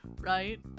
Right